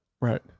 Right